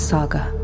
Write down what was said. Saga